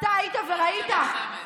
אתה היית וראית, את והיושב-ראש צמד-חמד.